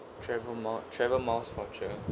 travel more travel miles voucher